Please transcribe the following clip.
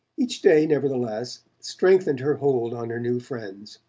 each day, nevertheless, strengthened her hold on her new friends.